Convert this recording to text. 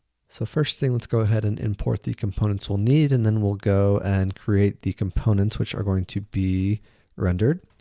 so first thing, let's go ahead and import the components we'll need and then we'll go and create the components which are going to be rendered.